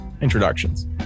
introductions